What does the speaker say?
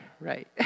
Right